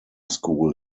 school